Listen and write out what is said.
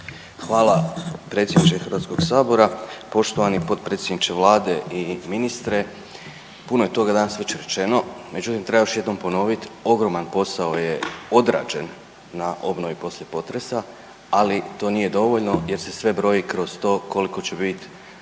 Hvala predsjedniče HS. Poštovani potpredsjedniče Vlade i ministre, puno je toga danas već rečeno, međutim treba još jednom ponovit, ogroman posao je odrađen na obnovi poslije potresa, ali to nije dovoljno jer se sve broji kroz to koliko će bit